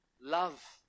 Love